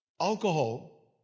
alcohol